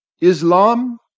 Islam